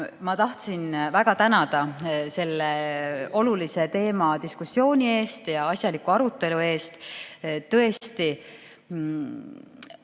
Ma tahtsin väga tänada sellel olulisel teemal peetud diskussiooni ja asjaliku arutelu eest. Tõesti,